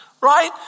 right